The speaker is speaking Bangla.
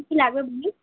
কী কী লাগবে বলি